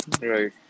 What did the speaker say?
Right